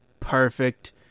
perfect